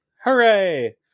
Hooray